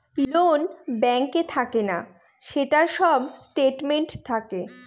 loan ব্যাঙ্কে থাকে না, সেটার সব স্টেটমেন্ট থাকে